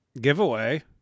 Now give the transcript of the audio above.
Giveaway